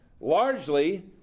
largely